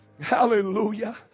Hallelujah